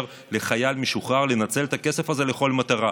לחייל משוחרר לנצל את הכסף הזה לכל מטרה.